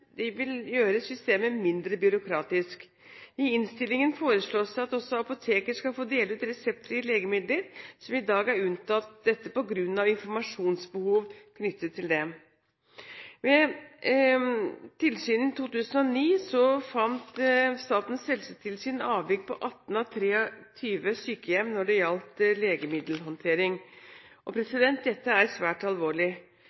vil også gjøre systemet mindre byråkratisk. I innstillingen foreslås det at også apotekene skal få dele ut reseptfrie legemidler som i dag er unntatt dette, på grunn av informasjonsbehov knyttet til det. Ved tilsyn i 2009 fant Statens helsetilsyn avvik på 18 av 23 sykehjem når det gjaldt legemiddelhåndtering.